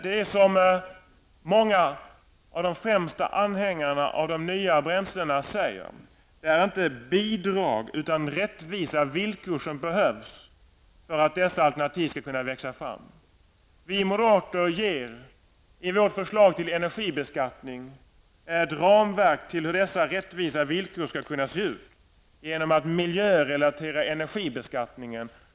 Det är som många av de främsta anhängarna av de nya bränslena säger: Det är inte bidrag utan rättvisa villkor som behövs för att dessa alternativ skall kunna växa fram. Vi moderater ger i vårt förslag till energibeskattning ett ramverk till hur dessa rättvisa villkor skall kunna se ut genom att miljörelatera energibeskattningen.